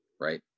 right